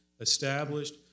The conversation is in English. established